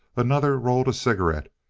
another rolled a cigarette,